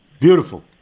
beautiful